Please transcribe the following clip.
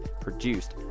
produced